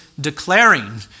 declaring